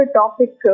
topic